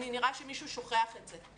נראה שמישהו שוכח את זה.